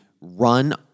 run